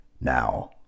Now